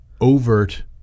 overt